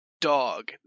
dog